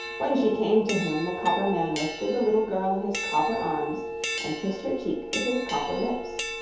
when she came to him, the copper man lifted the little girl in his copper arms and kissed her cheek with his copper lips.